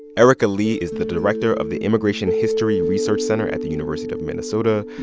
erika lee is the director of the immigration history research center at the university of minnesota.